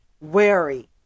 wary